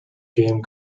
game